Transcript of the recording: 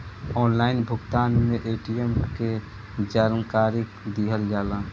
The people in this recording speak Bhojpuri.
ऑनलाइन भुगतान में ए.टी.एम के जानकारी दिहल जाला?